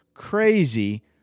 crazy